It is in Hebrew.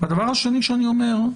והדבר השני שאני אומר,